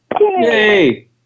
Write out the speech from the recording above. Yay